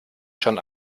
schon